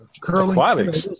Curling